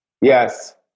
Yes